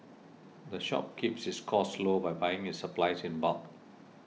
the shop keeps its costs low by buying its supplies in bulk